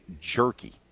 jerky